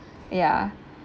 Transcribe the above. ya